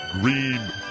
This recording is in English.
green